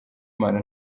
imana